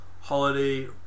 holiday